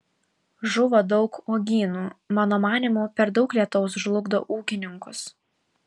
žuvo daug uogynų mano manymu per daug lietaus žlugdo ūkininkus